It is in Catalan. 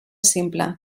simple